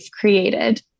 created